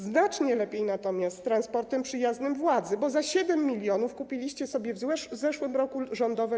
Znacznie lepiej natomiast z transportem przyjaznym władzy, bo za 7 mln kupiliście sobie w zeszłym roku rządowe